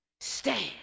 Stand